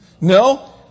No